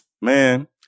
Man